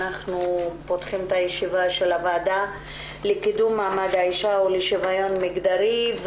אנחנו פותחים את ישיבת הוועדה לקידום מעמד האישה ולשוויון מגדרי.